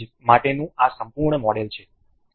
તેથી હવે આ હિંજ માટેનું આ સંપૂર્ણ મોડેલ છે